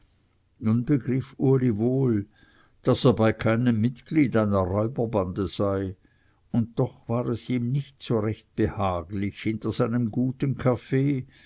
nun begriff uli wohl daß er bei keinem mitglied einer räuberbande sei und doch war es ihm nicht so recht behaglich hinter seinem guten kaffee